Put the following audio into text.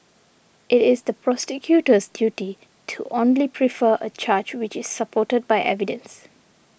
it is the prosecutor's duty to only prefer a charge which is supported by evidence